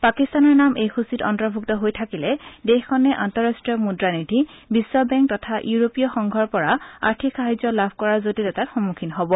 পাকিস্তানৰ নাম এই সূচীত অন্তৰ্ভুক্ত হৈ থাকিলে দেশখনে আন্তঃৰষ্ট্ৰীয় মুদ্ৰা নিধি বিশ্ব বেংক তথা ইউৰোপিয় সংঘৰ পৰা আৰ্থিক সাহাৰ্য লাভ কৰাৰ জটিলতাৰ সন্মুখীন হ'ব